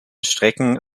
strecken